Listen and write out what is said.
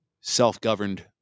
self-governed